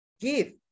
give